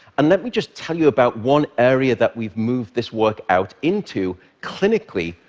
and let me just tell you about one area that we've moved this work out into, clinically,